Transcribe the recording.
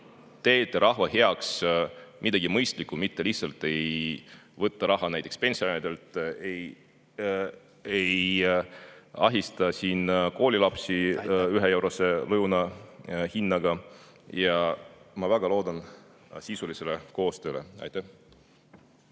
teete rahva heaks midagi mõistlikku, mitte lihtsalt ei võta raha näiteks pensionäridelt, ei ahista siin koolilapsi 1‑eurose koolilõunaga. Aitäh! Ma väga loodan sisulisele koostööle. Aitäh!